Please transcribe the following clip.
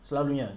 selalunya